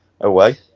away